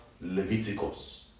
Leviticus